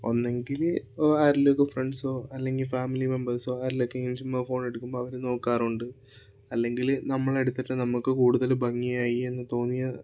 ഒന്നെങ്കില് ആരേലും ഒക്കെ ഫ്രണ്ട്സോ അല്ലെങ്കിൽ ഫാമിലി മെമ്പേഴ്സോ ആരേലും ഒക്കെ ചുമ്മ ഫോണെടുക്കുമ്പോൾ അവര് നോക്കാറുണ്ട് അല്ലെങ്കില് നമ്മളെടുത്തിട്ട് നമുക്ക് കൂടുതല് ഭംഗിയായി എന്ന് തോന്നിയ